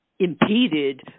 impeded